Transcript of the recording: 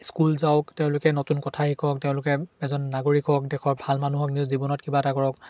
school যাওক তেওঁলোকে নতুন কথা শিকক তেওঁলোকে এজন নাগৰিক হওক দেশৰ ভাল মানুহ হওক নিজ জীৱনত কিবা এটা কৰক